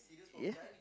ya